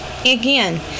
Again